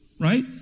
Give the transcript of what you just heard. right